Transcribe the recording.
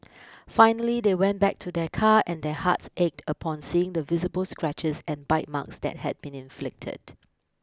finally they went back to their car and their hearts ached upon seeing the visible scratches and bite marks that had been inflicted